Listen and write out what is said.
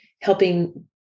helping